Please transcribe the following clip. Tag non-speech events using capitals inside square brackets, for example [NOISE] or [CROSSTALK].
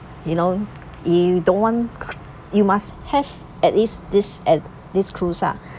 you know you don't want [NOISE] you must have at least this at this cruise ah